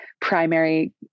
primary